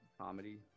comedy